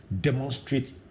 demonstrate